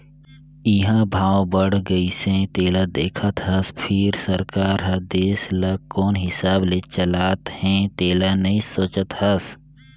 इंहा भाव बड़ गइसे तेला देखत हस फिर सरकार हर देश ल कोन हिसाब ले चलात हे तेला नइ सोचत हस